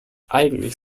eigentlich